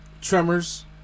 tremors